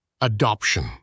Adoption